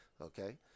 Okay